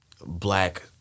black